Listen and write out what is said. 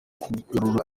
kugura